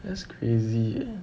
that's crazy